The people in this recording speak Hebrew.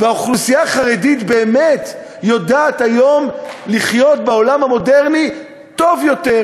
והאוכלוסייה החרדית באמת יודעת היום לחיות בעולם המודרני טוב יותר,